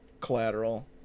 Collateral